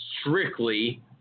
strictly